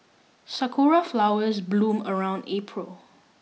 sakura flowers bloom around April